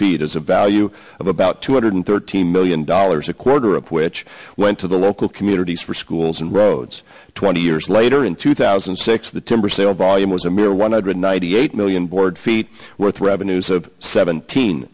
feet is a value of about two hundred thirteen million dollars a quarter of which went to the local communities for schools and roads twenty years later in two thousand and six the timber sale volume was a mere one hundred ninety eight million board feet with revenues of seventeen